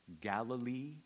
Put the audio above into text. Galilee